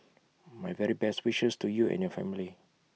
my very best wishes to you and your family